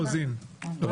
חברת הכנסת רוזין, בבקשה.